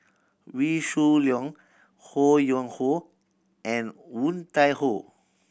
Wee Shoo Leong Ho Yuen Hoe and Woon Tai Ho